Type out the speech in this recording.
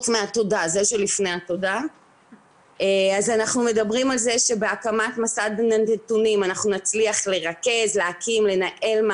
זה סיוע בהכשרות של אנשים בכל מה שקשור להקניית